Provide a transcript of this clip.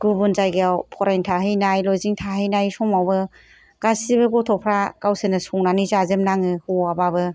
गुबुन जायगायाव फरायनो थाहैनाय लजिं थाहैनाय समावबो गासैबो गथ'फ्रा गावसोरनो संनानै जाजोबनाङो हौवा बाबो